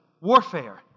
warfare